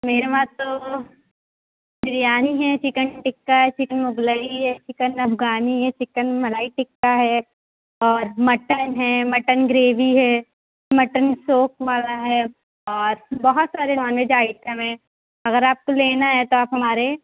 میرے وہاں تو بریانی ہے چکن ٹکا ہے چکن مغلئی ہے چکن افغانی ہے چکن ملائی ٹکا ہے اور مٹن ہے مٹن گریوی ہے مٹن سوفٹ ہے اور بہت سارے نان ویج آئٹم ہیں اگر آپ کو لینا ہے تو آپ ہمارے